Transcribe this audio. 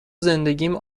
زندگیم